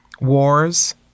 Wars